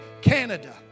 Canada